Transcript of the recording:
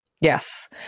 Yes